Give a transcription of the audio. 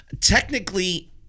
Technically